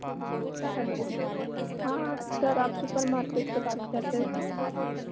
hello हाँ sir आप supermarket से बात कर रहे हो